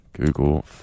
Google